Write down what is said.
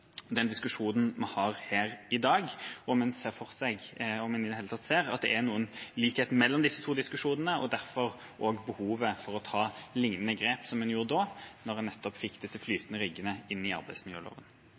den diskusjonen vi har her i dag – om en i det hele tatt ser at det er noen likhet mellom disse to diskusjonene, og derfor også behov for å ta lignende grep som en gjorde da